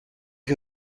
ich